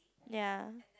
ya